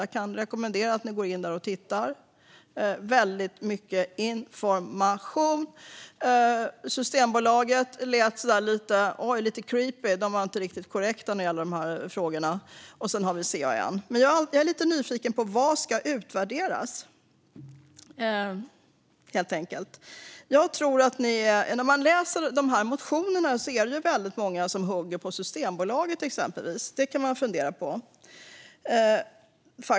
Jag kan rekommendera att ni går in där och tittar; det finns väldigt mycket information. Systembolaget lät lite creepy. De var inte riktigt korrekta när det gällde de här frågorna. Vi har också CAN. Jag är lite nyfiken på vad som ska utvärderas. I de här motionerna är det väldigt många som hugger på Systembolaget. Det kan man fundera på.